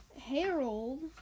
Harold